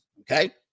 okay